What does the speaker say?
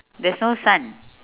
there's no sun